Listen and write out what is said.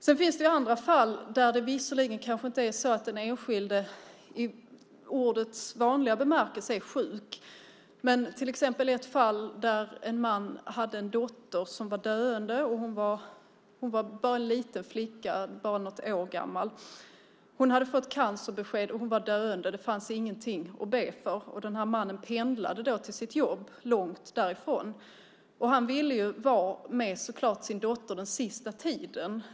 Det finns fall där den enskilde visserligen inte är sjuk i ordets vanliga bemärkelse. Det gäller till exempel ett fall där en man hade en dotter som var döende. Det var en liten flicka, bara något år gammal. Hon hade fått cancerbesked. Hon var döende och det fanns ingenting att be för. Mannen pendlade till sitt jobb långt därifrån. Han ville så klart vara med sin dotter den sista tiden.